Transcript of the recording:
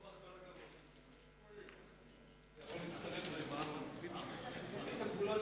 אתה יכול להצטרף אלינו, יש לי הגבולות